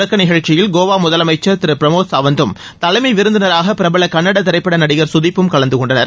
தொடக்க நிகழ்ச்சியில் கோவா முதலமைச்சர் திரு பிரமோத் சாவந்த்தம் தலைமை விருந்தினராக பிரபல கன்னட திரைப்பட நடிகர் சுதிப்பும் கலந்து கொண்டனர்